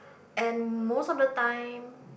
and most of the time